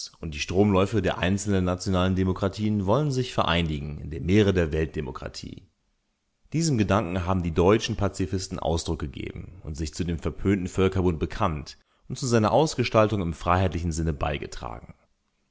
und die stromläufe der einzelnen nationalen demokratien wollen sich vereinigen in dem meere der weltdemokratie diesem gedanken haben die deutschen pazifisten ausdruck gegeben und sich zu dem verpönten völkerbund bekannt und zu seiner ausgestaltung im freiheitlichen sinne beigetragen